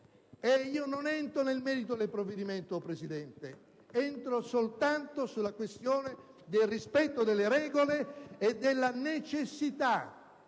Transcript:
Io non entro nel merito del provvedimento, signor Presidente, ma entro soltanto nella questione del rispetto delle regole e della necessità